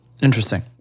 Interesting